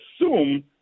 assume